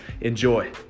Enjoy